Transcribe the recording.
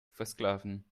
versklaven